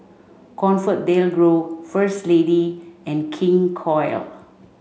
ComfortDelGro First Lady and King Koil